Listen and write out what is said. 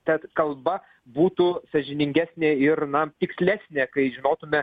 tad kalba būtų sąžiningesnė ir na tikslesnė kai žinotume